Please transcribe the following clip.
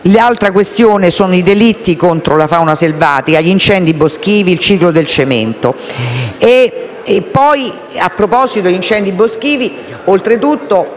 Altra questione sono i delitti contro la fauna selvatica, gli incendi boschivi, il ciclo del cemento.